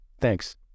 Thanks